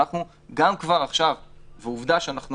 עובדה שאנחנו